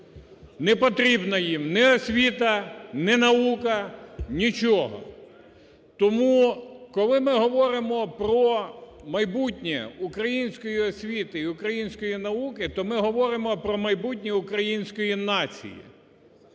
не потрібна їм ні освіта, ні наука, нічого. Тому коли ми говоримо про майбутнє української освіти і української науки, то ми говоримо про майбутнє української нації,